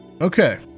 Okay